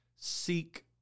seek